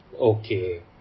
Okay